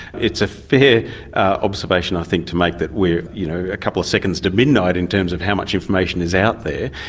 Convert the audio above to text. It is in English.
it's a fair observation i think to make that we are you know a couple of seconds to midnight in terms of how much information is out there.